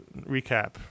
recap